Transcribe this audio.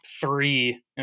three